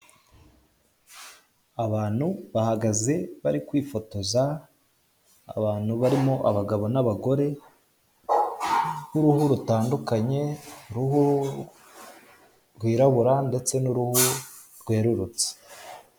Abantu bahagaze bari kwifotoza, abantubarimo abagabo n'abagore b'uruhu rutandukanye uruhu rwirabura ndetse n'iruhu rwererutse.